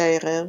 שיירר,